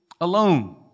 alone